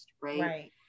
Right